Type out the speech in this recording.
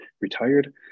retired